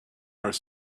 are